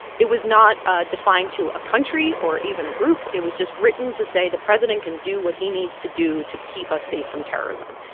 it was not ah defined to a country or even a group it was just written to say the president can do what he needs to do to keep us safe from terrorism.